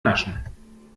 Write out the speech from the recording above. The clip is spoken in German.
naschen